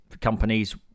companies